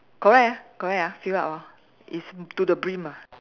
correct ah correct ah fill up lor it's to the brim ah